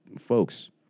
Folks